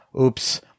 Oops